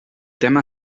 tema